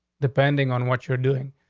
depending on what you're doing,